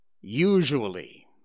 Usually